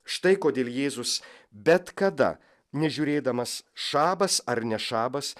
štai kodėl jėzus bet kada nežiūrėdamas šabas ar nešabas